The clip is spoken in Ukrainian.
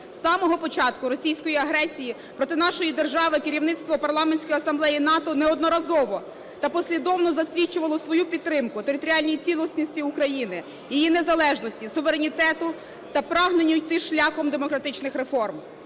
З самого початку російської агресії проти нашої держави керівництво Парламентської асамблеї НАТО неодноразово та послідовно засвідчувало свою підтримку територіальній цілісності України, її незалежності, суверенітету та прагненню іти шляхом демократичних реформ.